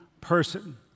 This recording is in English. person